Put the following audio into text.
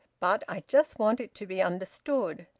but i just want it to be understood.